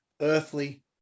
earthly